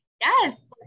yes